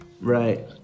Right